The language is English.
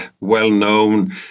well-known